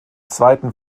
zweiten